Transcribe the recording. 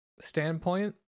standpoint